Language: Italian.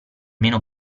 meno